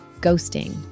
ghosting